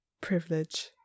privilege